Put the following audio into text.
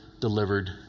delivered